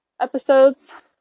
episodes